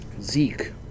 Zeke